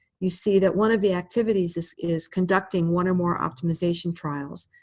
you see that one of the activities is is conducting one or more optimization trials.